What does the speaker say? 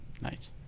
nice